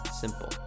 Simple